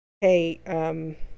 hey